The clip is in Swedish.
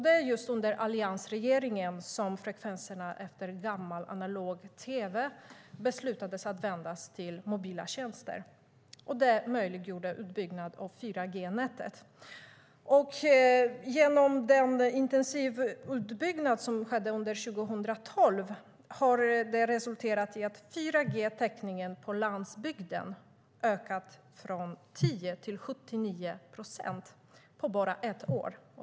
Det är just under alliansregeringen som beslut har fattats om att frekvenserna efter det gamla analoga tv-nätet ska användas till mobila tjänster. Det möjliggjorde utbyggnad av 4G-nätet. Den intensiva utbyggnad som skedde under 2012 har resulterat i att 4G-täckningen på landsbygden har ökat från 10 till 79 procent på bara ett år.